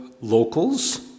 locals